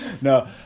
No